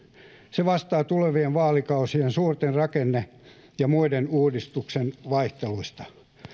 se vastaa tulevien vaalikausien suurten rakenne ja muiden uudistusten vaihteluista